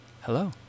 hello